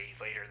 later